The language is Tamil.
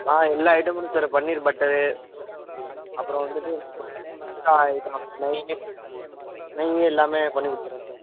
ஆ எல்லா ஐட்டமும் இருக்குது சார் பன்னீர் பட்டரு அப்புறம் வந்துட்டு நம்ம இது எக்ஸ்ட்ரா ஐட்டோம் இந்த நெய் நெய் எல்லாமே பண்ணிக் கொடுத்துருவோம் சார்